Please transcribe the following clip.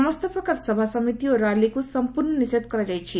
ସମସ୍ତ ପ୍ରକାର ସଭାସମିତି ଓ ର୍ ଲିକୁ ସଂପୂର୍ଶ୍ଣ ନିଷେଧ କରାଯାଇଛି